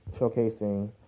showcasing